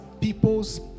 people's